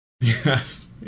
yes